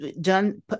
done